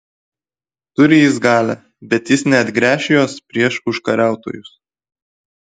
turi jis galią bet jis neatgręš jos prieš užkariautojus